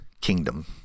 kingdom